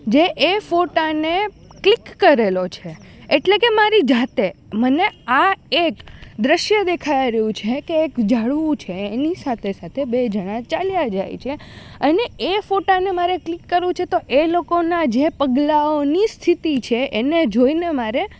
જે એ ફોટાને ક્લિક કરેલો છે એટલે કે મારી જાતે મને આ એક દૃશ્ય દેખાય રહ્યું છે કે ઝાડવું છે એની સાથે સાથે બે જણા ચાલ્યા જાય છે અને એ ફોટાને મારે ક્લિક કરવું છે તો એ લોકોના જે પગલાંઓની સ્થિતિ છે એને જોઈને મારે